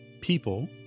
people